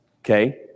Okay